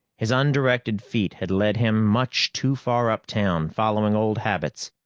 his undirected feet had led him much too far uptown, following old habits.